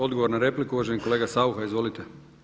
Odgovor na repliku uvaženi kolega Saucha, izvolite.